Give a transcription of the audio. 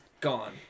gone